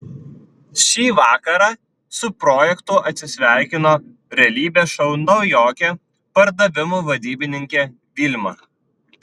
šį vakarą su projektu atsisveikino realybės šou naujokė pardavimų vadybininkė vilma